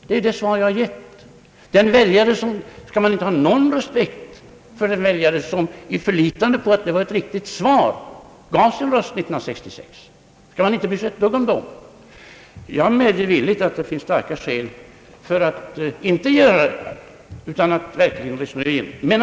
Det är det svar jag givit. Skall man då inte ha någon respekt för de väljare som i förlitande på att detta var ett riktigt svar gav sin röst 1966? Jag medger villigt att starka skäl finns för att inte se så enkelt på saken utan verkligen resonera grundligt om situationen.